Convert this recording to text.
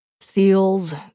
Seals